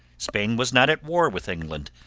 spain was not at war with england,